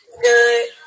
Good